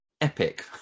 epic